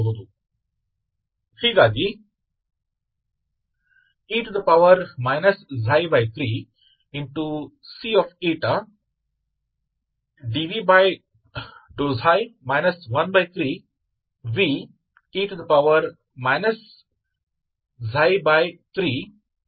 तो यह एक एकीकृत कारक है इसलिए यह एकीकृत कारक है और उसमें कोई भी स्थिरांक भी एकीकृत कारक है यहां हम पार्शियल डिफरेंशियल समीकरण से निपट रहे हैं